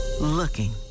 Looking